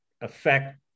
affect